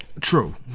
True